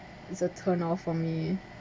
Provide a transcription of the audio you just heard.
it's a turn off for me